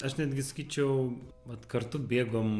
aš netgi sakyčiau vat kartu bėgom